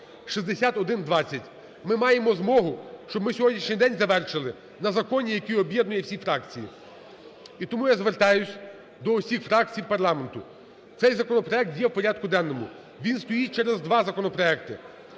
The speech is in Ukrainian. (6120). Ми маємо змогу, щоб ми сьогоднішній день завершили на законі, який об'єднує всі фракції. І тому я звертаюсь до усіх фракцій парламенту. Цей законопроект є в порядку денному, він стоїть через два законопроекти.